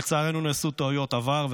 לצערנו נעשו טעויות עבר,